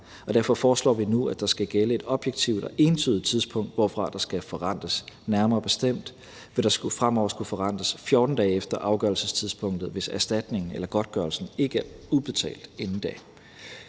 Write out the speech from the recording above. Derfor foreslår vi nu, at der skal gælde et objektivt og entydigt tidspunkt, hvorfra der skal forrentes. Nærmere bestemt vil der fremover skulle forrentes 14 dage efter afgørelsestidspunktet, hvis erstatningen eller godtgørelsen ikke er udbetalt inden